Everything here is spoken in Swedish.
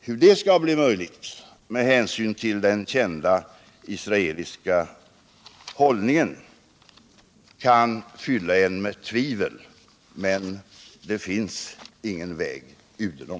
Hur detta skall bli möjligt med tanke på den kända israeliska hållningen kan fylla en med tvivel. Men det finns ingen väg udenom.